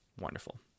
Wonderful